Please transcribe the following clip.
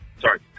Sorry